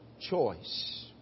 choice